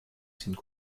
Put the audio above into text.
dient